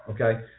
okay